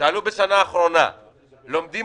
למה אתה לא מציע?